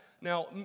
Now